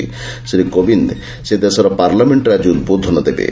ଶ୍ରୀ କୋବିନ୍ଦ୍ ସେ ଦେଶର ପାର୍ଲାମେଷ୍ଟ୍ରେ ଆଜି ଉଦ୍ବୋଧନ ଦେବେ